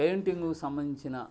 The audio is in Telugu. పెయింటింగ్ సంబంధించిన